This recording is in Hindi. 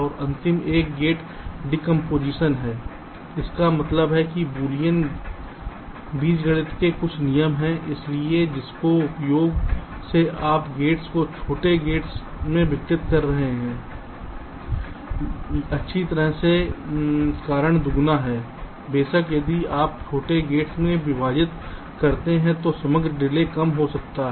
और अंतिम एक गेट डीकंपोजिशन है इसका मतलब है कि बूलियन बीजगणित के कुछ नियम हैं इसलिए जिसके उपयोग से आप गेट्स को छोटेगेट्स में विघटित कर सकते हैं अच्छी तरह से कारण दुगुना है बेशक यदि आप छोटे गेट्स में विभाजित करते हैं तो समग्र डिले हो कम सकता है